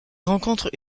rencontre